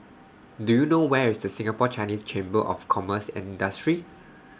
Do YOU know Where IS Singapore Chinese Chamber of Commerce and Industry